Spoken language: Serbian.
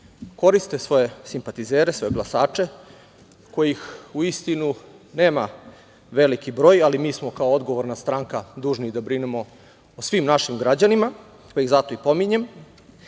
koriste svoje simpatizere, svoje glasače, kojih uistinu nema veliki broj, ali mi smo kao odgovorna stranka dužni i da brinemo o svim našim građanima, pa ih zato i pominjem.